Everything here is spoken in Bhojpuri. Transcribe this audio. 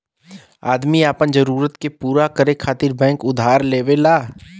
आदमी आपन जरूरत के पूरा करे खातिर बैंक उधार लेवला